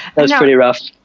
that was pretty rough.